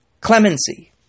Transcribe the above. clemency